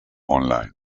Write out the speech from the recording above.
online